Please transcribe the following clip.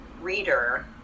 reader